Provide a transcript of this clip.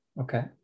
Okay